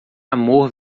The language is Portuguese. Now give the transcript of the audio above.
amor